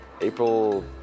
April